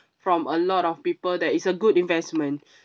from a lot of people that it's a good investment